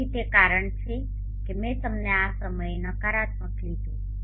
તેથી તે કારણ છે કે મેં તે માટે આ સમયે નકારાત્મક લીધું છે